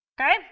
Okay